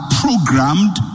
programmed